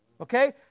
okay